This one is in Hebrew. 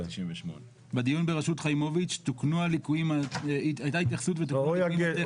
98'. בדיון בראשות חיימוביץ' הייתה התייחסות ותוקנו הליקויים הטכניים.